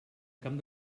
camp